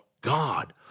God